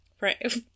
Right